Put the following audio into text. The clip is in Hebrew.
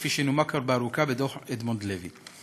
כפי שנומק באריכות בדוח אדמונד לוי.